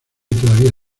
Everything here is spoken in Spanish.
todavía